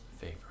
favor